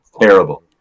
terrible